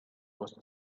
was